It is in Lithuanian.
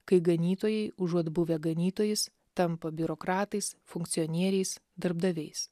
kai ganytojai užuot buvę ganytojais tampa biurokratais funkcionieriais darbdaviais